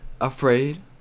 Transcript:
Afraid